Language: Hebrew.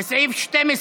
לסעיף 12,